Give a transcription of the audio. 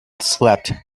slept